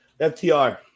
FTR